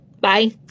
Bye